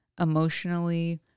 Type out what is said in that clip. emotionally